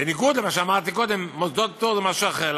בניגוד למה שאמרתי קודם, מוסדות פטור זה משהו אחר.